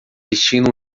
vestindo